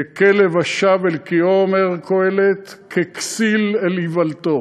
ככלב השב אל קיאו, אומר קהלת, כן כסיל אל איוולתו.